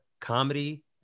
comedy